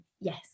yes